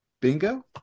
Bingo